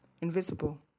invisible